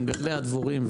של מגדלי הדבורים,